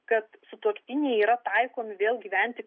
kad sutuoktiniai yra taikomi vėl gyventi